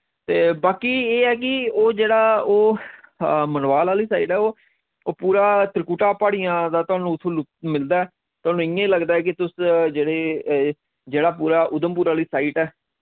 ते बाकि एह् ऐ कि ओह् जेह्ड़ा ओ मनवाल आह्ली साइड ऐ ओ ओह् पूरा त्रिकुटा पहाड़ियां दा थोआनू उत्थोआं लुत्फ मिलदा ऐ थोआनू इ'यां लगदा ऐ के तुस जेह्ड़े एह् जेह्ड़ा पूरा उधमपुर आह्ली साइट ऐ